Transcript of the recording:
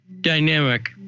dynamic